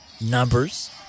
numbers